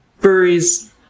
breweries